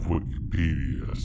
Wikipedia